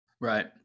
Right